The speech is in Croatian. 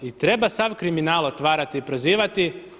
I treba sav kriminal otvarati i prozivati.